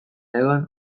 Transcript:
hegan